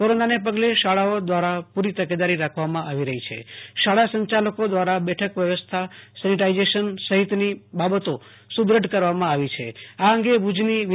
કોરોનાને પગલે શાળાઓ દ્વારા પૂ રી તકેદારી રાખવામાં આવી રહી છે શાળા સં યાલકો દ્વારા બેઠક વ્યવસ્થા સેનીટાઈઝેસન સહિતની બાબતો સુદ્રઢ કરવામાં આવી છે આ અંગે ભુજની વી